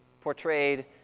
portrayed